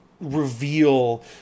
reveal